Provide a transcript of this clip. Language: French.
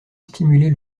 stimuler